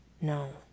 No